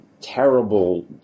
terrible